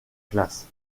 classes